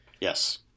Yes